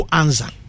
answer